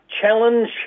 challenge